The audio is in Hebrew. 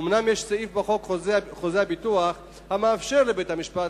אומנם יש סעיף בחוק חוזה הביטוח המאפשר לבית-המשפט